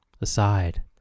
aside